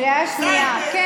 קריאה שנייה, כן.